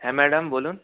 হ্যাঁ মাডাম বলুন